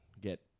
get